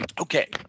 Okay